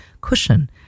cushion